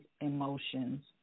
emotions